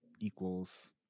equals